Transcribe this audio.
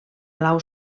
blau